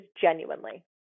genuinely